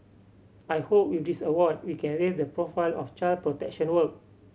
I hope with this award we can raise the profile of child protection work